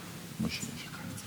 כנסת נכבדה,